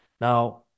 Now